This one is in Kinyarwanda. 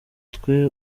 twe